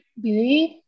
believe